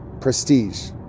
prestige